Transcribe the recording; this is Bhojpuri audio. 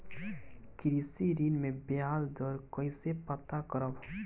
कृषि ऋण में बयाज दर कइसे पता करब?